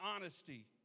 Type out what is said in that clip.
honesty